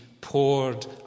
poured